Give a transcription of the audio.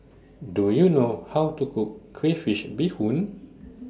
Do YOU know How to Cook Crayfish Beehoon